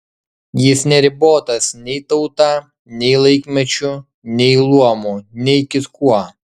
jis neribotas nei tauta nei laikmečiu nei luomu nei kitkuo